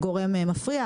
זה גורם מפריע,